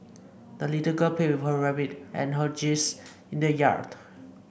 the little girl played with her rabbit and her geese in the yard